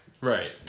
right